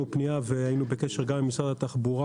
פנייה והיינו בקשר עם משרד התחבורה,